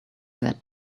that